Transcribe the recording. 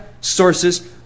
sources